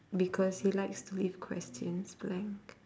because he likes to leave questions blank